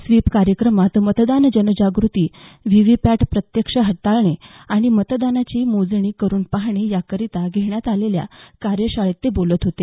sweep कार्यक्रमात मतदान जनजाग़ती व्हीव्हीपॅट प्रत्यक्ष हाताळणे आणि मतदानाची मोजणी करुन पाहणे या करीता घेण्यात आलेल्या कार्यशाळेत ते बोलत होते